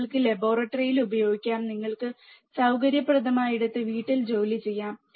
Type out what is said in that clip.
നിങ്ങൾക്ക് ലബോറട്ടറിയിൽ ഉപയോഗിക്കാം നിങ്ങൾക്ക് സൌകര്യപ്രദമായിടത്ത് വീട്ടിൽ ജോലിചെയ്യാം